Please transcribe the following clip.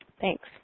Thanks